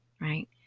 right